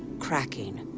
cracking,